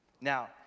Now